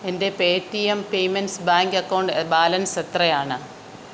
എൻ്റെ Paytm payments bank account balance എത്രയാണ്